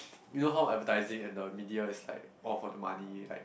you know how advertising and the media is like all for the money like